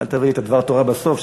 אל תביא את דבר התורה בסוף,